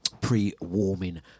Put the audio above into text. pre-warming